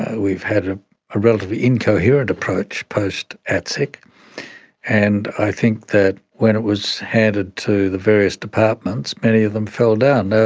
we've had a ah relatively incoherent approach post-atsic, and i think that when it was handed to the various departments, many of them fell down.